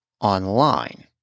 online